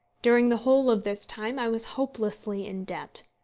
during the whole of this time i was hopelessly in debt.